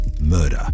Murder